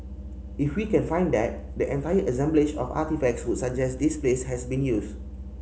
if we can find that the entire assemblage of artefacts would suggest this place has been used